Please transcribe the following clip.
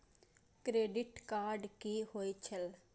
Credit card की होय छै?